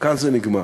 כאן זה נגמר.